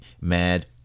mad